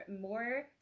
more